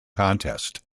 contest